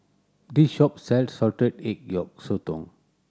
this shop sells salted egg yolk sotong